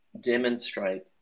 demonstrate